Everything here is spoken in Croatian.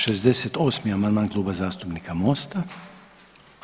68. amandman Kluba zastupnika MOST-a.